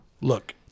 Look